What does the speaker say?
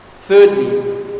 Thirdly